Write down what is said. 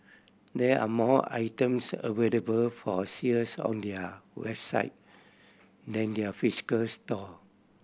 there are more items available for sales on their website than their physical store